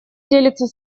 делится